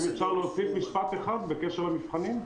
אם אפשר להוסיף משפט אחד בקשר למבחנים.